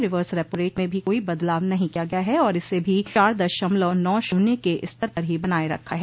reverse repo rate में भी कोई बदलाव नहीं किया गया है और इसे भी चार दशमलव नौ शून्य के स्तर पर ही बनाए रखा है